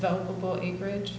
about bridge